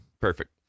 perfect